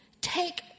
take